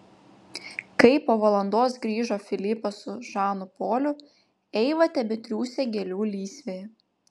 kai po valandos grįžo filipas su žanu poliu eiva tebetriūsė gėlių lysvėje